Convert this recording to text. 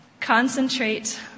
Concentrate